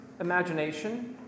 imagination